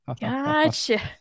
Gotcha